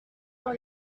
dans